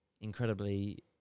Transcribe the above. incredibly